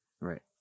Right